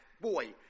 Boy